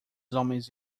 homens